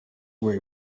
were